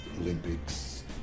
Olympics